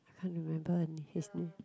I can't remember his name